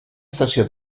estació